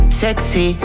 sexy